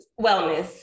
wellness